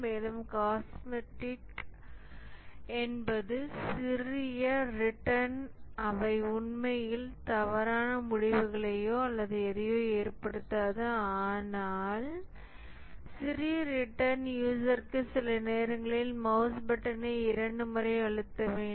மேலும் காஸ்மெடிக் என்பது சிறிய ர்ரிடன்ட் அவை உண்மையில் தவறான முடிவுகளையோ அல்லது எதையோ ஏற்படுத்தாது ஆனால் சிறிய ர்ரிடன்ட் யூசர்க்கு சில நேரங்களில் மவுஸ் பட்டனை இரண்டு முறை அழுத்த வேண்டும்